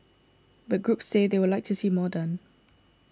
but groups say they would like to see more done